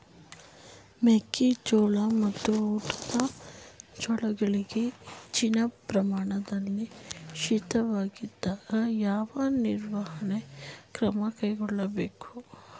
ಮೆಕ್ಕೆ ಜೋಳ ಮತ್ತು ಊಟದ ಜೋಳಗಳಿಗೆ ಹೆಚ್ಚಿನ ಪ್ರಮಾಣದಲ್ಲಿ ಶೀತವಾದಾಗ, ಯಾವ ನಿರ್ವಹಣಾ ಕ್ರಮ ಕೈಗೊಳ್ಳಬೇಕು?